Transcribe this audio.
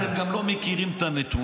ולכן, אתם גם לא מכירים את הנתונים.